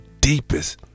deepest